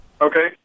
Okay